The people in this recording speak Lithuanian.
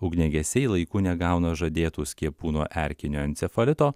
ugniagesiai laiku negauna žadėtų skiepų nuo erkinio encefalito